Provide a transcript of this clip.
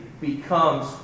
becomes